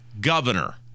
governor